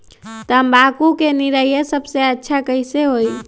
तम्बाकू के निरैया सबसे अच्छा कई से होई?